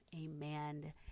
amen